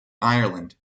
ireland